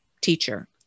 teacher